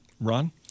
Ron